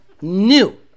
New